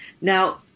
Now